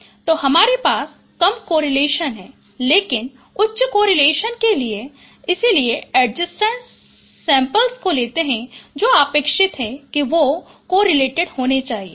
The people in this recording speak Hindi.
तो हमारे पास कम कोरिलेशन हैं लेकिन उच्च कोरिलेशन के लिए इसलिए एड्जेसेंट सेम्प्लस को लेते है जो अपेक्षित है कि वे कोरिलेटेड होने चाहिए